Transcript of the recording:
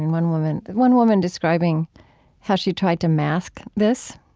and one woman one woman describing how she tried to mask this,